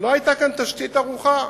לא היתה כאן תשתית ערוכה.